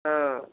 ହଁ